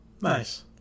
Nice